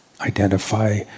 Identify